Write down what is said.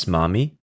Mommy